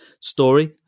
story